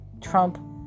Trump